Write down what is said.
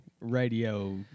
radio